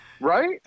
Right